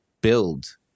build